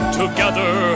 together